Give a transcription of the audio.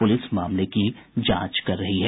police मामले की जांच कर रही है